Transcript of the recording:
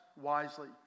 wisely